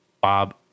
Bob